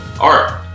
art